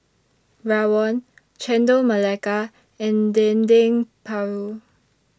Rawon Chendol Melaka and Dendeng Paru